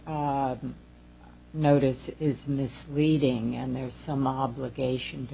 notice is misleading and there is some obligation to